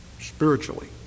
spiritually